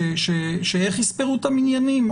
שאיך יספרו את המניינים?